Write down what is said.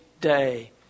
day